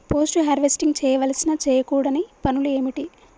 Post harvesting చేయవలసిన చేయకూడని పనులు ఏంటి?